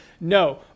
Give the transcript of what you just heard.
No